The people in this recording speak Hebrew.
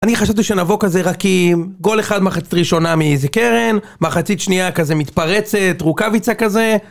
אני חשבתי שנבוא כזה רק עם גול אחד, מחצית ראשונה מאיזה קרן, מחצית שנייה כזה מתפרצת, רוקביצה כזה.